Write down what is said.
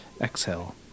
exhale